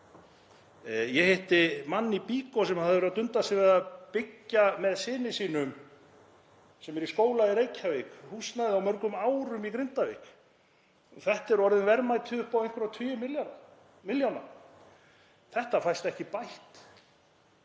Ég hitti mann í BYKO sem hafði verið að dunda sér við að byggja með syni sínum, sem er í skóla í Reykjavík, húsnæði á mörgum árum í Grindavík. Þetta eru orðin verðmæti upp á einhverja tugi milljóna. Þetta fæst ekki bætt.